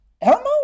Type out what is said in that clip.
Elmo